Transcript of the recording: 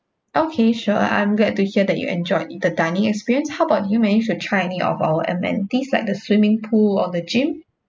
okay sure I'm glad to hear that you enjoyed the dining experience how about do you manage to try any of our amenities like the swimming pool or the gym